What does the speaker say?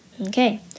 Okay